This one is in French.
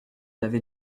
n’avez